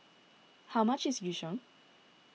how much is Yu Sheng